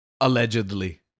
Allegedly